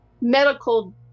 medical